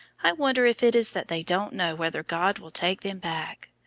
i wonder if it is that they don't know whether god will take them back.